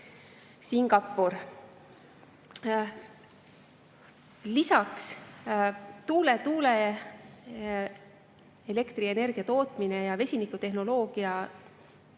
Singapur. Lisaks, tuuleelektrienergia tootmine ja vesinikutehnoloogia